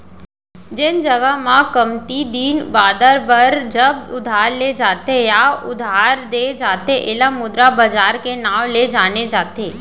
जेन जघा म कमती दिन बादर बर जब उधार ले जाथे या उधार देय जाथे ऐला मुद्रा बजार के नांव ले जाने जाथे